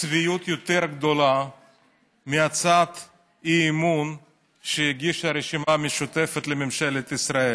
צביעות יותר גדולה מהצעת האי-אמון שהגישה הרשימה המשותפת לממשלת ישראל.